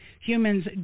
humans